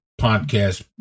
podcast